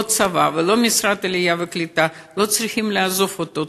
לא הצבא ולא משרד העלייה והקליטה צריכים לעזוב אותו,